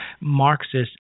Marxist